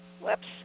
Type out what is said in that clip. Whoops